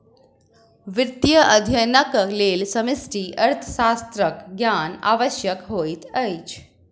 वित्तीय अध्ययनक लेल समष्टि अर्थशास्त्रक ज्ञान आवश्यक होइत अछि